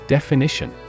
Definition